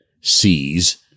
sees